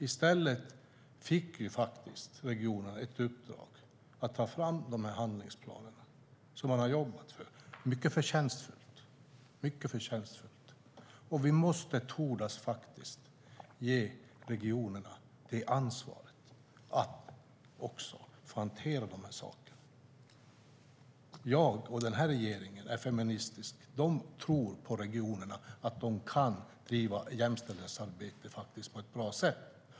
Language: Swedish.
I stället fick regionerna ett uppdrag att ta fram dessa handlingsplaner som de har jobbat med - mycket förtjänstfullt. Och vi måste tordas ge regionerna ansvaret att också hantera de här sakerna. Jag och regeringen är feministisk. Vi tror att regionerna kan driva jämställdhetsarbete på ett bra sätt.